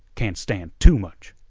can't stand too much.